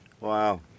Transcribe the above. Wow